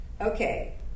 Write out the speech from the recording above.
Okay